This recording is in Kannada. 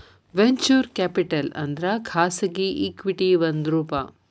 ವೆಂಚೂರ್ ಕ್ಯಾಪಿಟಲ್ ಅಂದ್ರ ಖಾಸಗಿ ಇಕ್ವಿಟಿ ಒಂದ್ ರೂಪ